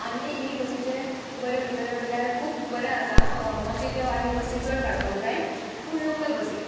आनी इवी बसीचे बरें उलयतले म्हटल्यार खूब बरें आसा मातशें त्यो आनी बशी चड काडपाक जाय पूण लोकल बसी